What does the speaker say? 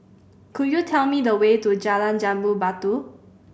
could you tell me the way to Jalan Jambu Batu